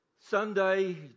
Sunday